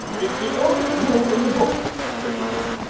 it's the oldest rule in the book, said the king.